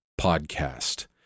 podcast